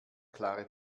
klare